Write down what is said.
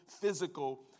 physical